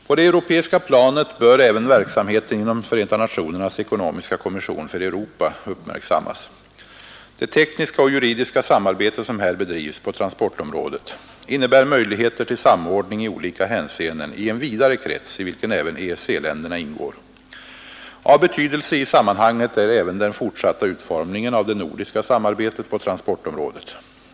På det europeiska planet bör även verksamheten inom FN:s ekonomiska kommission för Europa uppmärksammas. Det tekniska och juridiska samarbete som här bedrivs på transportområdet innebär möjligheter till samordning i olika hänseenden i en vidare krets, i vilken även EEC-länderna ingår. Av betydelse i sammanhanget är även den fortsatta utformningen av det nordiska samarbetet på transportområdet.